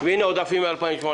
ומצד שני יש עודפים מ-2018.